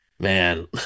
Man